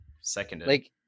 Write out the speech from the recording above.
seconded